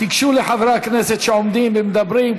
תיגשו לחברי הכנסת שעומדים ומדברים,